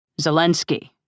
Zelensky